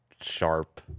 sharp